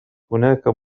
هناك